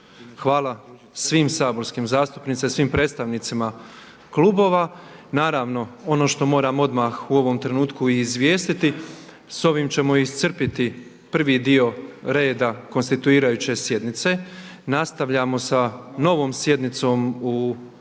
Hvala svim saborskim zastupnicima i svim predstavnicima klubova. Naravno ono što moram odmah u ovom trenutku i izvijestiti. S ovim ćemo iscrpiti prvi dio reda konstituirajuće sjednice. Nastavljamo sa novom sjednicom u srijedu